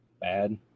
bad